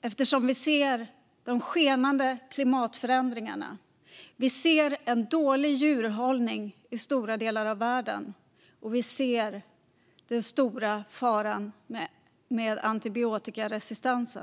eftersom vi ser de skenande klimatförändringarna, dålig djurhållning i stora delar av världen och den stora faran med antibiotikaresistens.